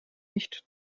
nicht